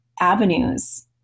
avenues